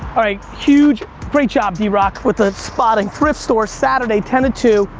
all right, huge free chop d-rock, with ah stopping thrift store, saturday ten to two.